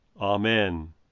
Amen